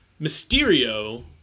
Mysterio